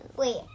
Wait